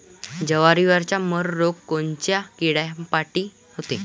जवारीवरचा मर रोग कोनच्या किड्यापायी होते?